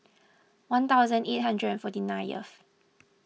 one thousand eight hundred and forty ninth